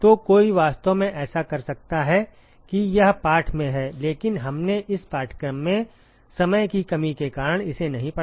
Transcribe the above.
तो कोई वास्तव में ऐसा कर सकता है कि यह पाठ में है लेकिन हमने इस पाठ्यक्रम में समय की कमी के कारण इसे नहीं पढ़ा